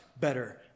better